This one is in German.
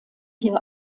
hier